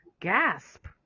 Gasp